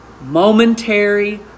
momentary